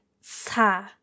sa